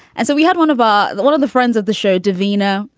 and so we had one of um the one of the friends of the show, davina.